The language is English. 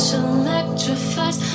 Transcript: electrifies